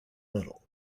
middle